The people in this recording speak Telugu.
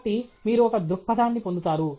కాబట్టి మీరు ఒక దృక్పథాన్ని పొందుతారు